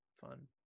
fun